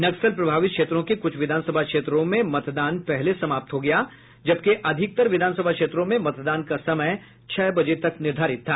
नक्सल प्रभावित क्षेत्रों के कुछ विधानसभा क्षेत्रों में मतदान पहले सम्पन्न हो गया जबकि अधिकतर विधानसभा क्षेत्रों में मतदान का समय छह बजे तक निर्धारित था